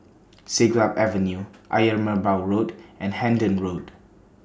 Siglap Avenue Ayer Merbau Road and Hendon Road